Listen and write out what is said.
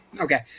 Okay